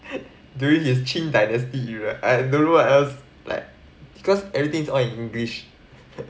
during his qing dynasty era I don't know I was like because everything is all in english